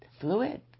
Fluid